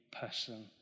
person